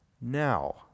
Now